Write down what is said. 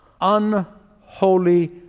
Unholy